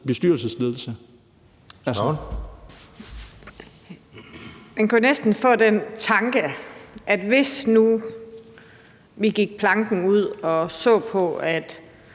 Fabricius (S): Man kunne næsten få den tanke, at hvis nu vi gik planken ud og så på, at